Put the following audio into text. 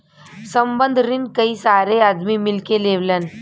संबंद्ध रिन कई सारे आदमी मिल के लेवलन